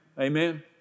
Amen